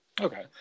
Okay